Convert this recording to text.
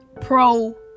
pro